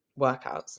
workouts